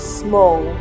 small